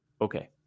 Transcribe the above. Okay